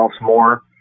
more